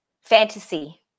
Fantasy